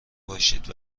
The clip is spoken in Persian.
باشید